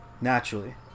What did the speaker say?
naturally